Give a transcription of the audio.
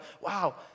wow